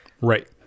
Right